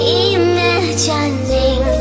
imagining